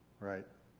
right.